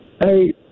hey